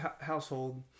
household